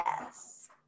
yes